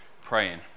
praying